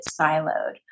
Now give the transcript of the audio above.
siloed